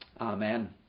Amen